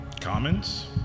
Comments